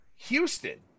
Houston